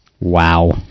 Wow